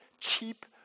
cheap